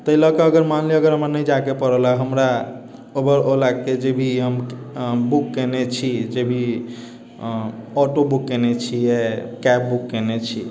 तै लअ कऽ अगर मानि लिअ कि हमरा नहि जाइके पड़लै हमरा उबर ओलाके जे भी हम बुक कयने छी जे भी अऽ आँटो बुक कयने छियै कैब बुक कयने छी